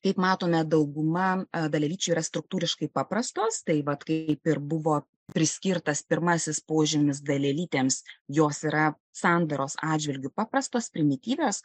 kaip matome dauguma dalelyčių yra struktūriškai paprastos tai vat kaip ir buvo priskirtas pirmasis požymis dalelytėms jos yra sandaros atžvilgiu paprastos primityvios